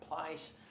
place